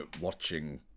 watching